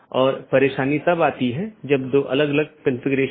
BGP सत्र की एक अवधारणा है कि एक TCP सत्र जो 2 BGP पड़ोसियों को जोड़ता है